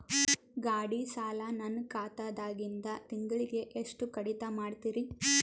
ಗಾಢಿ ಸಾಲ ನನ್ನ ಖಾತಾದಾಗಿಂದ ತಿಂಗಳಿಗೆ ಎಷ್ಟು ಕಡಿತ ಮಾಡ್ತಿರಿ?